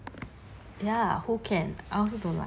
ya who can I also don't like